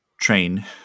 train